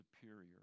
superior